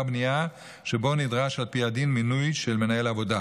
בנייה שבו נדרש על פי הדין מינוי של מנהל עבודה.